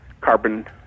carbon